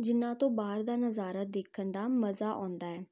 ਜਿਹਨਾਂ ਤੋਂ ਬਾਹਰ ਦਾ ਨਜ਼ਾਰਾ ਦੇਖਣ ਦਾ ਮਜ਼ਾ ਆਉਂਦਾ ਹੈ